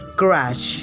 crash